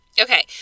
Okay